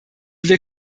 wir